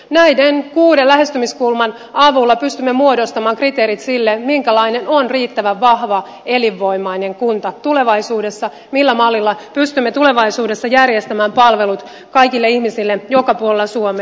näiden kuuden lähestymiskulman avulla pystymme muodostamaan kriteerit sille minkälainen on riittävän vahva elinvoimainen kunta tulevaisuudessa millä mallilla pystymme tulevaisuudessa järjestämään palvelut kaikille ihmisille joka puolella suomea